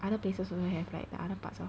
other places you have like the other parts ah